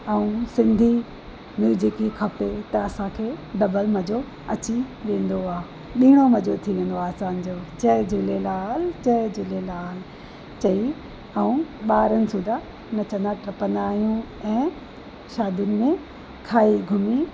ऐं सिंधी म्यूजिक ई खपे त असांखे डबल मज़ो अची वेंदो आहे बीणो मज़ो अची वेंदो आहे असांजो जय झूलेलाल जय झूलेलाल चई ऐं ॿारनि सूधा नचंदा टपंदा आहियूं ऐं शादीयुनि में खाई घुमी